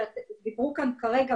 דיברו כאן כרגע